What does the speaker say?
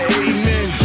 amen